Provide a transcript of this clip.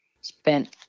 spent